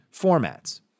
formats